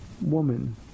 woman